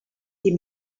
die